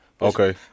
Okay